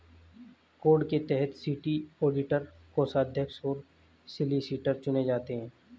code के तहत city auditor, कोषाध्यक्ष और सॉलिसिटर चुने जाते हैं